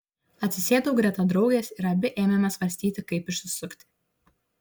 atsisėdau greta draugės ir abi ėmėme svarstyti kaip išsisukti